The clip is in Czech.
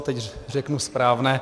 Teď řeknu správné.